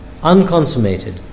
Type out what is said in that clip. unconsummated